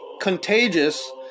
contagious